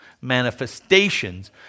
manifestations